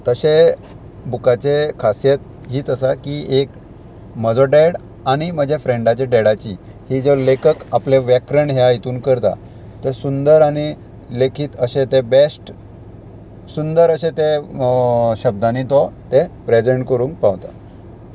तशें बुकाचें खासियत हीच आसा की एक म्हजो डॅड आनी म्हज्या फ्रेंडाच्या डॅडाची ही ज्यो लेखक आपलें व्याकरण ह्या हितून करता तें सुंदर आनी लेखित अशें तें बेस्ट सुंदर अशें तें शब्दांनी तो तें प्रेजेंट करूंक पावता